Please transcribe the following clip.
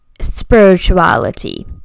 spirituality